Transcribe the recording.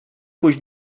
pójść